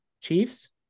Chiefs